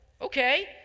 okay